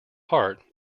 heart